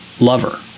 lover